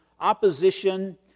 Opposition